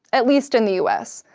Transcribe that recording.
at least in the us,